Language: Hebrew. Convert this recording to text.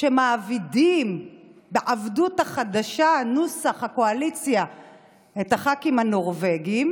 שמעבידים בעבדות החדשה נוסח הקואליציה את הח"כים הנורבגים,